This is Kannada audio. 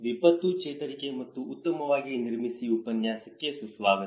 ವಿಪತ್ತು ಚೇತರಿಕೆ ಮತ್ತು ಉತ್ತಮವಾಗಿ ನಿರ್ಮಿಸಿ ಉಪನ್ಯಾಸಕ್ಕೆ ಸುಸ್ವಾಗತ